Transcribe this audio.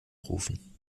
rufen